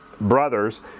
brothers